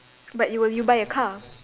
but you will you buy a car